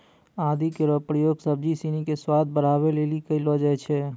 आदि केरो प्रयोग सब्जी सिनी क स्वाद बढ़ावै लेलि कयलो जाय छै